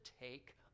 take